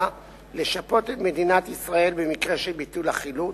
לשפות את מדינת ישראל במקרה של ביטול החילוט,